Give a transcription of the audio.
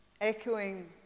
echoing